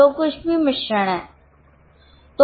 जो कुछ भी मिश्रण है